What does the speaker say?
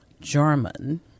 German